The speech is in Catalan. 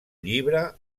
llibre